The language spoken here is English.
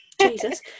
Jesus